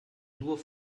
nur